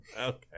Okay